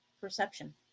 perception